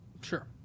Sure